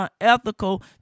unethical